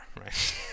right